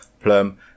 plum